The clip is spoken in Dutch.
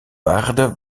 waarde